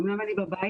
אמנם אני בבית,